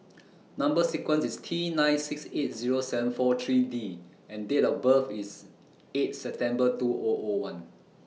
Number sequence IS T nine six eight Zero seven four three D and Date of birth IS eight September two O O one